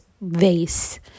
vase